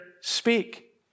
speak